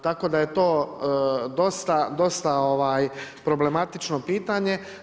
Tako da je to dosta problematično pitanje.